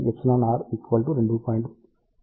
32 కోసం